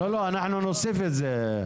אנחנו נוסיף את זה.